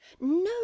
No